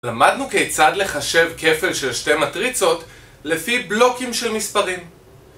למדנו כיצד לחשב כפל של שתי מטריצות לפי בלוקים של מספרים